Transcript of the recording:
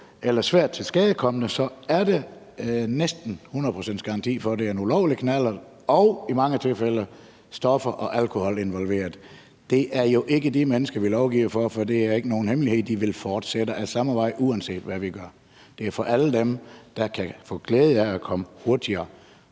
eller svært tilskadekomne, er der næsten 100 pct. garanti for, at der er tale om en ulovlig knallert, og i mange tilfælde er der stoffer og alkohol involveret. Det er jo ikke de mennesker, vi lovgiver for, for det er ikke nogen hemmelighed, at de vil fortsætte ad samme vej, uanset hvad vi gør. Det er for alle dem, der kan få glæde af at komme hurtigere